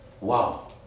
Wow